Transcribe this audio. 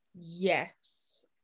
Yes